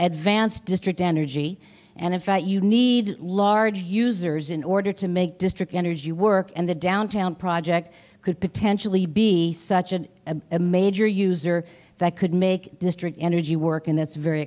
add vance district energy and in fact you need large users in order to make district energy work and the downtown project could potentially be such an a major user that could make district energy work and that's very